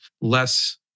less